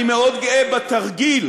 אני מאוד גאה בתרגיל,